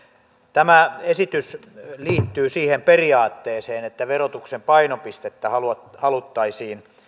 tämä esitys liittyy siihen periaatteeseen että verotuksen painopistettä haluttaisiin haluttaisiin